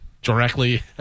directly